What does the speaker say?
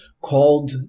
called